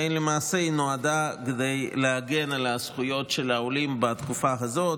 ולמעשה היא נועדה להגן על הזכויות של העולים בתקופה הזאת.